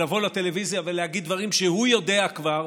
ולבוא לטלוויזיה ולהגיד דברים שהוא יודע כבר,